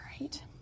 right